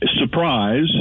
Surprise